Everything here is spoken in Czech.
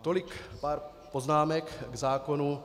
Tolik pár poznámek k zákonu.